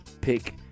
pick